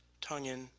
tongue in,